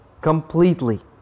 Completely